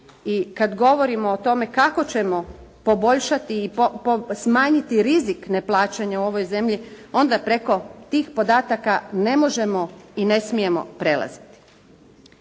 i kad govorimo o tome kako ćemo poboljšati i smanjiti rizik neplaćanja u ovoj zemlji, onda preko tih podataka ne možemo i ne smijemo prelaziti.